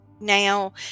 Now